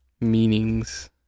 meanings